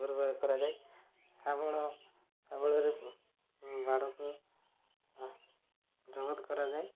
କରାଯାଏ ଶାବଳ ଶାବଳରେ ବାଡ଼କୁ ଜବତ କରାଯାଏ